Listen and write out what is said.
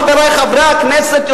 חברי חברי הכנסת,